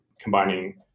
combining